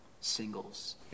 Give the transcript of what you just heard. singles